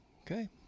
Okay